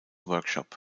workshop